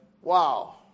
Wow